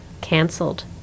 canceled